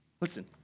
Listen